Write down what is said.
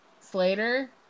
Slater